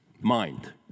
Mind